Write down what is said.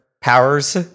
powers